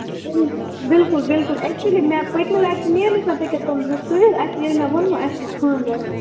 بِلکُل بِلکُل اٮ۪کچُلی مےٚ پٔتۍمہِ لَٹہِ تہِ نِیے حظ نہ تِم زٕ سُوِتھ اَسہِ ییٚلہِ مےٚ ووٚنمو اَسہِ چھِ خاندَر